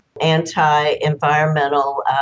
anti-environmental